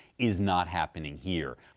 is not happening here.